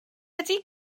ydy